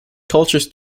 cultures